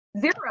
zero